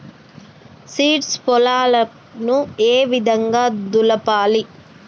Seeds పొలాలను ఏ విధంగా దులపాలి?